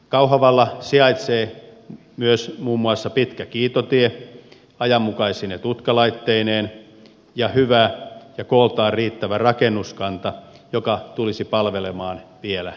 kauhavalla sijaitsee myös muun muassa pitkä kiitotie ajanmukaisine tutkalaitteineen ja hyvä ja kooltaan riittävä rakennuskanta joka tulisi palvelemaan vielä pitkään